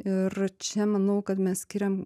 ir čia manau kad mes skiriam